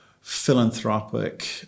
philanthropic